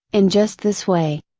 in just this way.